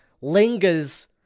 lingers